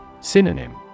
Synonym